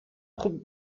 خوب